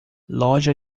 loja